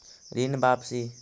ऋण वापसी?